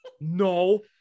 No